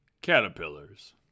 Caterpillars